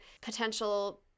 potential